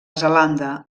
zelanda